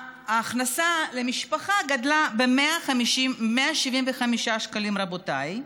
ההכנסה למשפחה גדלה ב-175 שקלים, רבותיי.